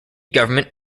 government